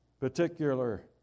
particular